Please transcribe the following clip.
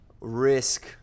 risk